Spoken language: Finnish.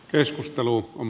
keskustelu on